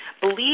Believe